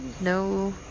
no